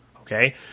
Okay